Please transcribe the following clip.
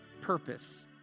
purpose